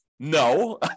No